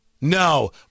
No